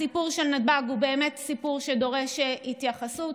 הסיפור של נתב"ג הוא באמת סיפור שדורש התייחסות.